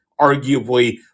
arguably